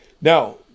Now